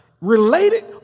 related